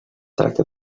tracte